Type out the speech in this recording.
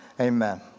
Amen